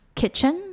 kitchen